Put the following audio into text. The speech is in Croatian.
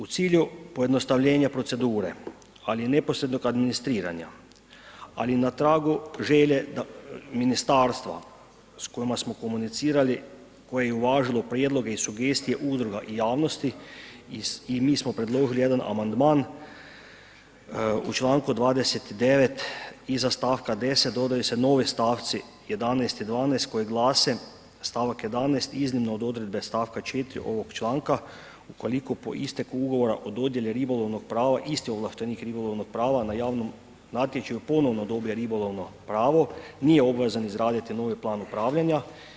U cilju pojednostavljenja procedure ali i neposrednog administriranja ali na tragu želje ministarstva s kojima smo komunicirali, koje je uvažilo prijedloge i sugestije udruga i javnosti i mi smo predložili jedan amandman u članku 29. iza stavka 10., dodaju se novi stavci 11. i 12., koji glase: Stavak 11. iznimno od odredbe stavka 4. ovog članka ukoliko po isteku ugovora o dodjeli ribolovnog prava isti ovlaštenik ribolovnog prava na javnom natječaju ponovno odobre ribolovno pravo, nije obvezan izraditi novi plan upravljanja.